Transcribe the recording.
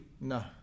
No